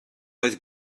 oedd